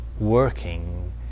working